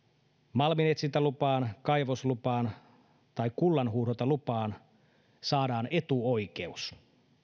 malminetsintälupaan kaivoslupaan tai kullanhuuhdontalupaan saadaan etuoikeus